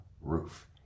roof